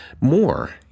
more